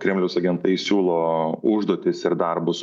kremliaus agentai siūlo užduotis ir darbus